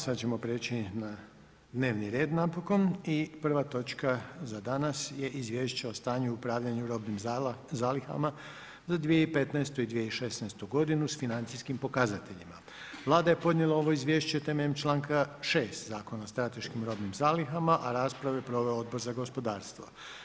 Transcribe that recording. Sad ćemo preći na dnevni red, napokon i prva točka za danas je: - Izvješće o stanju i upravljanju robnim zalihama za 2015. i 2016 godinu, s financijskim pokazateljima Vlada je podnijela ovo izvješće temeljem čl. 6 Zakona o strateškim robnim zalihama, a raspravu je proveo Odbor za gospodarstvo.